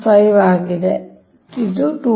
5 ಆಗಿದೆ ಆದ್ದರಿಂದ 2